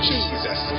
Jesus